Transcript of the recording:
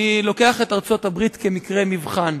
אני לוקח את ארצות-הברית כמקרה מבחן.